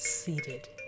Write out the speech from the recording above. seated